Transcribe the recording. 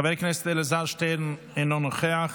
חבר הכנסת אלעזר שטרן, אינו נוכח,